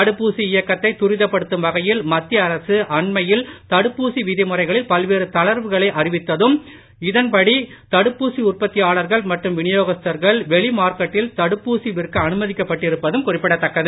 தடுப்பூசி இயக்கத்தை துரித்தப்படுத்தும் வகையில் மத்திய அரசு அண்மையில் தடுப்பூசி விதிமுறைகளில் பல்வேறு தளர்வுகளை அறிவித்ததும் இதன்படி தடுப்பூசி உற்பத்தியாளர்கள் மற்றும் வினியோகஸ்தர்கள் வெளிமார்க்கெட்டில் தடுப்பூசி விற்க அனுமதிக்கப்ப ட்டிருப்பதும் குறிப்பிடத்தக்கது